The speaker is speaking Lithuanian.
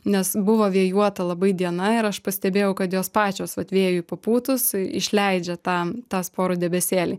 nes buvo vėjuota labai diena ir aš pastebėjau kad jos pačios vat vėjui papūtus išleidžia tą tą sporų debesėlį